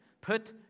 Put